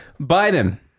Biden